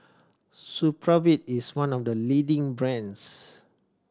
supravit is one of the leading brands